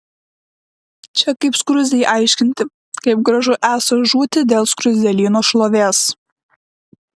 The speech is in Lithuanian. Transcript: čia kaip skruzdei aiškinti kaip gražu esą žūti dėl skruzdėlyno šlovės